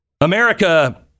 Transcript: America